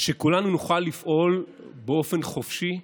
שכולנו נוכל לפעול באופן חופשי,